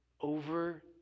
over